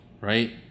right